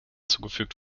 zugefügt